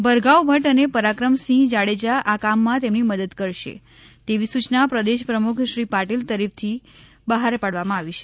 ભરગાવ ભદ્દ અને પરાક્રમસિંહ જાડેજા આ કામમાં તેમની મદદ કરશે તેવી સૂયના પ્રદેશ પ્રમુખ શ્રી પાટિલ તરફથી બહાર પાડવામાં આવી છે